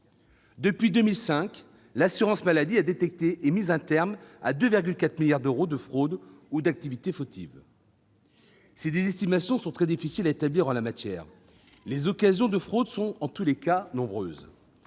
Depuis 2005, l'assurance maladie a mis un terme à 2,4 milliards d'euros de fraudes ou d'activités fautives. Si les estimations sont très difficiles à établir en la matière, les occasions de fraude sont, en tous les cas, nombreuses.